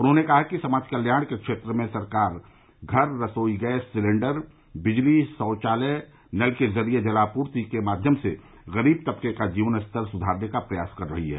उन्होंने कहा कि समाज कल्याण के क्षेत्र में सरकार घर रसोई गैस सिलेंडर बिजली शौचालय और नल के जरिए जलापूर्ति के माध्यम से गरीब तबके का जीवन स्तर सुधारने का प्रयास कर रही है